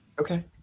Okay